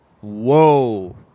whoa